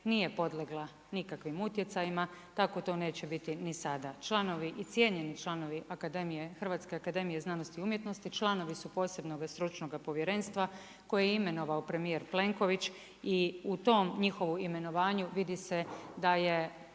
nije podlegla nikakvim utjecajima, tako to neće biti ni sada. Članovi i cijenjeni članovi HAZU članovi su posebnoga stručnoga povjerenstva koje je imenovao premijer Plenković i u tom njihovom imenovanju vidi se da je